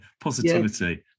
positivity